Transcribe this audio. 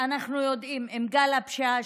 אנחנו יודעים שעם גל הפשיעה,